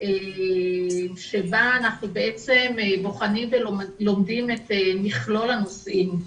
שבה אנחנו בעצם בוחנים ולומדים את מכלול הנושאים,